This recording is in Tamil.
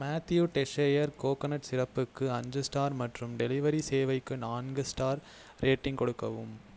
மேத்யூ டெஸ்ஸயர் கோகனட் சிரப்புக்கு அஞ்சு ஸ்டார் மற்றும் டெலிவரி சேவைக்கு நான்கு ஸ்டார் ரேட்டிங் கொடுக்கவும்